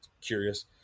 curious